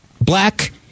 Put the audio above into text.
black